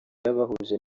yabahuje